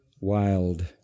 wild